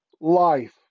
life